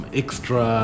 extra